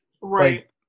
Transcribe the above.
Right